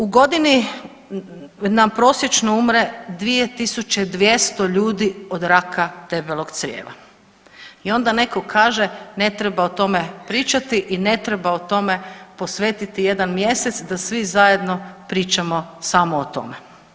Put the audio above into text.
U godini nam prosječno umre 2.200 ljudi od raka debelog crijeva i onda netko kaže ne treba o tome pričati i ne treba posvetiti jedan mjesec da svi zajedno pričamo samo o tome.